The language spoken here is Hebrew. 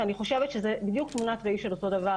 ואני חושבת שזה בדיוק תמונת ראי של אותו דבר.